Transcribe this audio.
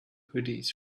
hoodies